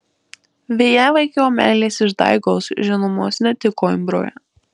vėjavaikio meilės išdaigos žinomos ne tik koimbroje